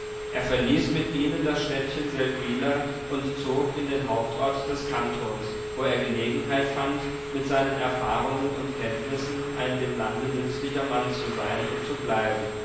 er verließ mit ihnen das städtchen seldwyla und zog in den hauptort des kantons wo er gelegenheit fand mit seinen erfahrungen und kenntnissen ein dem lande nützlicher mann zu sein und zu bleiben